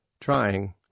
trying